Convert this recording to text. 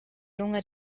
lunge